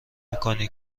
میکنی